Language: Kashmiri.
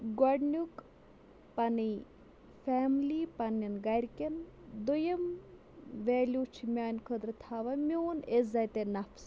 گۄڈنیُک پَنٕنۍ فیملی پَننٮ۪ن گَرِکٮ۪ن دوٚیِم ویلیوٗ چھِ میٛانہِ خٲطرٕ تھاوان میون عِزتِ نفس